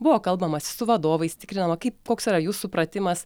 buvo kalbamasi su vadovais tikrinama kaip koks yra jų supratimas